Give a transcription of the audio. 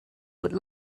would